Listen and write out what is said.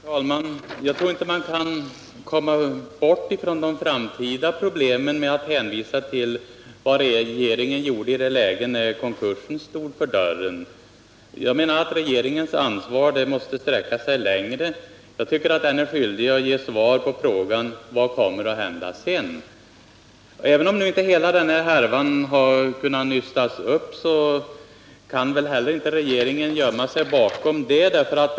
Herr talman! Jag tror inte att man kan komma bort från de framtida problemen med att hänvisa till vad regeringen gjorde i det läge när konkursen stod för dörren. Jag menar att regeringens ansvar måste sträcka sig längre, och jag tycker att regeringen är skyldig att svara på frågan: Vad kommer att hända sedan? Även om inte hela härvan har kunnat nystas upp, så kan väl inte regeringen gömma sig bakom detta.